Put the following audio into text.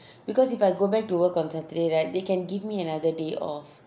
because if I go back to work on saturday right they can give me another day off